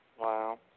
Wow